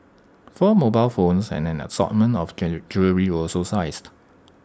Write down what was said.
four mobile phones and an assortment of jewellery were also seized